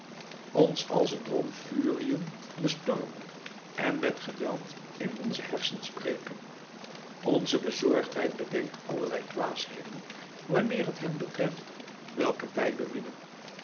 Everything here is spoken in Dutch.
ons als een drom furiën bestormen en met geweld in onze hersens breken onze bezorgdheid bedenkt allerlei dwaasheden wanneer het hen betreft welke wij beminnen